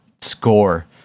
score